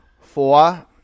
four